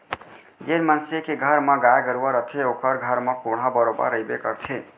जेन मनसे के घर म गाय गरूवा रथे ओकर घर म कोंढ़ा बरोबर रइबे करथे